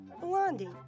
Blondie